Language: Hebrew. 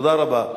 תודה רבה.